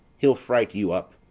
he'll fright you up,